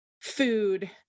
food